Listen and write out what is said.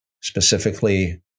specifically